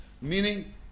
Meaning